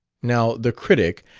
now the critic,